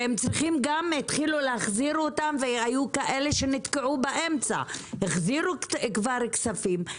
והם התחילו להחזיר אותן והיו כאלה שנתקעו באמצע והחזירו כבר כספים.